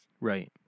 Right